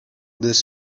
this